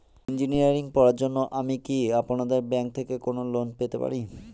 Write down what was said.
Engineering পড়ার জন্য আমি কি আপনাদের ব্যাঙ্ক থেকে কোন লোন পেতে পারি?